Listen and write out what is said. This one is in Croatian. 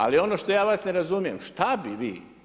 Ali ono što ja vas ne razumije, šta bi vi?